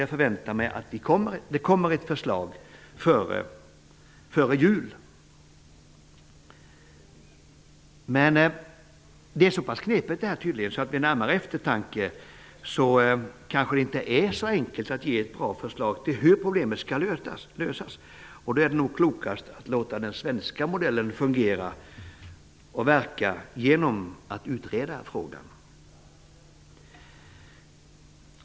Jag förväntar mig att det kommer ett förslag före jul. Det här är en knepig fråga. Vid närmare eftertanke är det kanske inte så enkelt att ge ett bra förslag till hur problemet skall lösas. Det är nog klokast att låta den svenska modellen verka genom att utreda frågan.